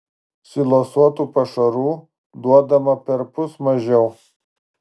silosuotų pašarų duodama perpus mažiau